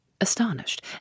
Astonished